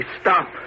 stop